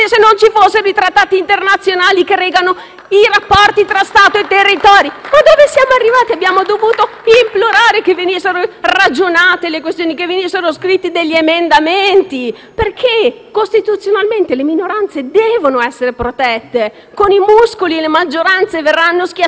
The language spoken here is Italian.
siamo arrivati? Abbiamo dovuto implorare che si ragionasse sulle questioni, che fossero scritti degli emendamenti, perché costituzionalmente le minoranze devono essere protette: con i muscoli le minoranze verranno sempre schiacciate. È questa l'Italia che volete? Noi no. Vogliamo